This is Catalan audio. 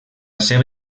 seva